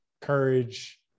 courage